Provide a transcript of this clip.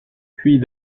puis